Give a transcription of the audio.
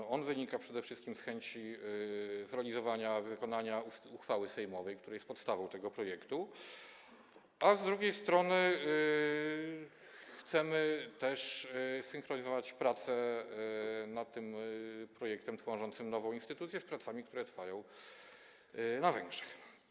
On wynika przede wszystkim z chęci zrealizowania, wykonania uchwały sejmowej, która jest podstawą tego projektu, a z drugiej strony chcemy zsynchronizować prace nad tym projektem, tworzącym nową instytucję, z pracami, które trwają na Węgrzech.